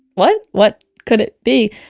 what? what could it be?